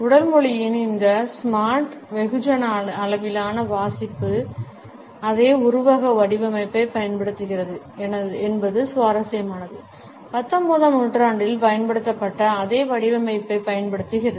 உடல் மொழியின் இந்த ஸ்மார்ட் வெகுஜன அளவிலான வாசிப்பு அதே உருவக வடிவமைப்பைப் பயன்படுத்துகிறது என்பது சுவாரஸ்யமானது 19 ஆம் நூற்றாண்டில் பயன்படுத்தப்பட்ட அதே வடிவமைப்பைப் பயன்படுத்துகிறது